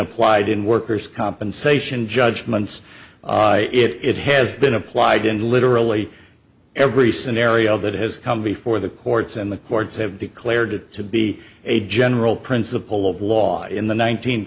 applied in workers compensation judgments it has been applied in literally every scenario that has come before the courts and the courts have declared it to be a general principle of law in the nineteenth